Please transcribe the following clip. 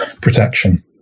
protection